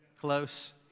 close